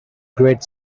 great